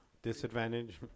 Disadvantage